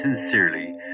sincerely